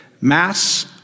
mass